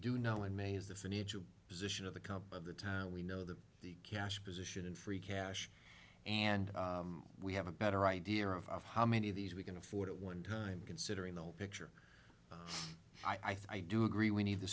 do know in may is the financial position of the comp by the time we know that the cash position and free cash and we have a better idea of how many of these we can afford it one time considering the whole picture i think do agree we need to